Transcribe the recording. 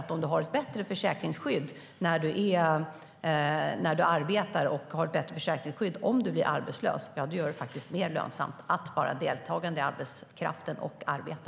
Om du har ett bättre försäkringsskydd när du arbetar och om du blir arbetslös, ja, då blir det faktiskt mer lönsamt att delta i arbetskraften och arbeta.